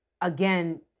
again